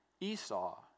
Esau